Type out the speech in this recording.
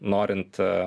norint a